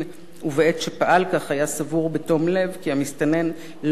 ובעת שפעל כך היה סבור בתום לב כי המסתנן לא נכנס